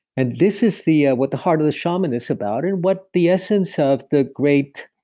and this is the ah what the heart of the shaman is about, and what the essence of the great,